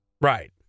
Right